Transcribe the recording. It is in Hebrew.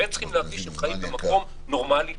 והם צריכים להרגיש שהם חיים במקום נורמלי ושפוי.